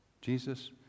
Jesus